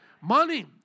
money